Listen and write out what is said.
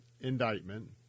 indictment